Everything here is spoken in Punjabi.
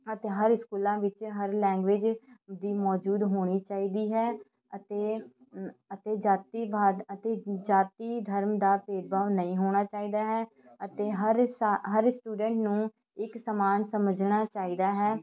ਅਤੇ ਹਰ ਸਕੂਲਾਂ ਵਿੱਚ ਹਰ ਲੈਂਗੁਏਜ ਦੀ ਮੌਜੂਦ ਹੋਣੀ ਚਾਹੀਦੀ ਹੈ ਅਤੇ ਅਤੇ ਜਾਤੀਵਾਦ ਅਤੇ ਜਾਤੀ ਧਰਮ ਦਾ ਭੇਦਭਾਵ ਨਹੀਂ ਹੋਣਾ ਚਾਹੀਦਾ ਹੈ ਅਤੇ ਹਰ ਸਾ ਹਰ ਸਟੂਡੈਂਟ ਨੂੰ ਇੱਕ ਸਮਾਨ ਸਮਝਣਾ ਚਾਹੀਦਾ ਹੈ